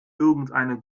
irgendeine